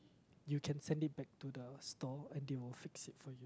you can send it back to store and they will fix it for you